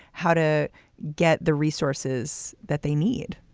how to get the resources that they need?